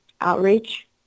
outreach